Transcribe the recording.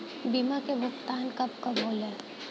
बीमा के भुगतान कब कब होले?